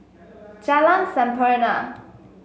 Jalan Sampurna